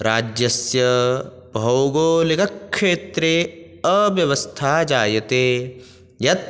राज्यस्य भौगोलिकक्षेत्रे अव्यवस्था जायते यत्